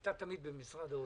הייתה תמיד במשרד האוצר.